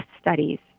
studies